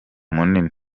munini